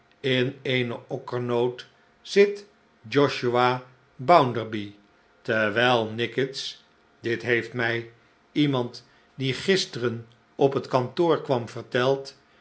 in eene okkernoot zit josiah bounderby terwijl nickits dit heeft mij iemand die gisteren op het kantoor kwam verteld